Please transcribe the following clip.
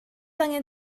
angen